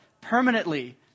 permanently